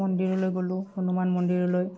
মন্দিৰলৈ গ'লোঁ হনুমান মন্দিৰলৈ